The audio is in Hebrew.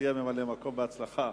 שתהיה ממלא-מקום בהצלחה.